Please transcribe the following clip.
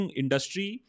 industry